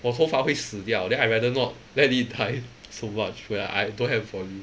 我头发会死掉 then I rather not let it die so much when I don't have volume